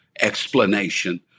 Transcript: explanation